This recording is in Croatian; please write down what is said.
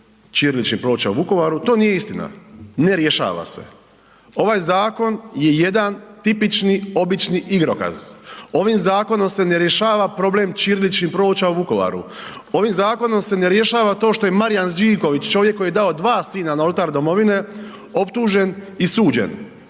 ćiriličnih ploča u Vukovaru to nije istina. Ne rješava se. Ovaj zakon je jedan tipični, obični igrokaz. Ovim zakonom se ne rješava problem ćiriličnih ploča u Vukovaru. Ovim zakonom se ne rješava to što je Marijan Živković čovjek koji je dao dva sina na Oltar domovine, optužen i suđen,